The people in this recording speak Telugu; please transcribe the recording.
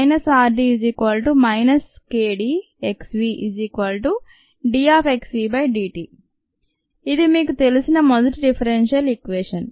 rd kdxvdxvdt ఇది మీకు తెలిసిన మొదటి డిఫరెన్షియల్ ఈక్వేషన్